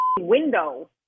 window